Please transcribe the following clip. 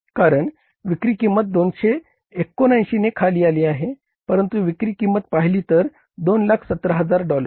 कारण विक्री किंमत 279 ने खाली आली आहे परंतु विक्री किंमत पाहिली तर ती 217000 डॉलर्स